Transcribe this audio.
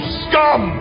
scum